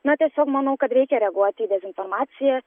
na tiesiog manau kad reikia reaguoti dezinformaciją